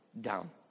down